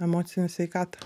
emocinę sveikatą